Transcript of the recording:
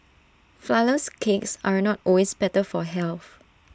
Flourless Cakes are not always better for health